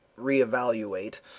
reevaluate